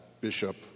bishop